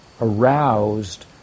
aroused